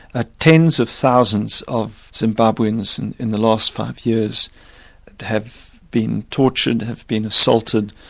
ah tens of thousands of zimbabweans and in the last five years have been tortured, have been assaulted,